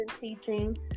teaching